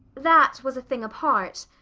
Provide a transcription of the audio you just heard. that was a thing apart.